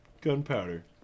gunpowder